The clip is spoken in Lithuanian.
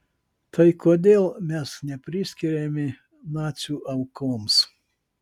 tai kodėl mes nepriskiriami nacių aukoms